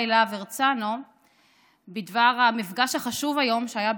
בניגוד לפסיקת בג"ץ.